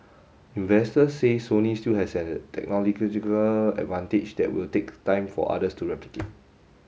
investors say Sony still has a technological advantage that will take time for others to replicate